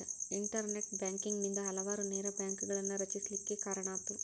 internet banking ನಿಂದಾ ಹಲವಾರು ನೇರ ಬ್ಯಾಂಕ್ಗಳನ್ನ ರಚಿಸ್ಲಿಕ್ಕೆ ಕಾರಣಾತು